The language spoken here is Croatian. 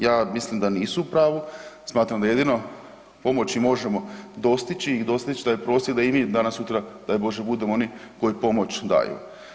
Ja mislim da nisu u pravu, smatram da jedino pomoći možemo dostići i dostići taj prosjek da i vi danas sutra daj Bože budu oni koji pomoć daju.